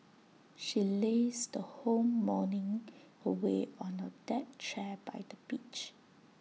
she lazed her whole morning away on A deck chair by the beach